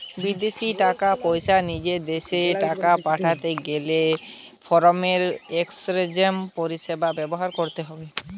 বিদেশী টাকা পয়সা নিজের দেশের টাকায় পাল্টাতে গেলে ফরেন এক্সচেঞ্জ পরিষেবা ব্যবহার করতে হবে